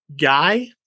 guy